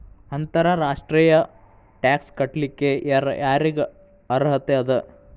ಅಂತರ್ ರಾಷ್ಟ್ರೇಯ ಟ್ಯಾಕ್ಸ್ ಕಟ್ಲಿಕ್ಕೆ ಯರ್ ಯಾರಿಗ್ ಅರ್ಹತೆ ಅದ?